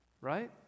right